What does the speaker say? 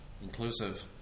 Inclusive